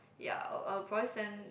ya I'll I'll probably send